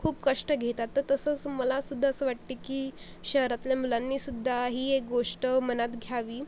खूप कष्ट घेतात तर तसंच मलासुद्धा असं वाटते की शहरातल्या मुलांनीसुद्धा ही एक गोष्ट मनात घ्यावी